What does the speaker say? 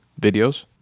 videos